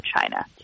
China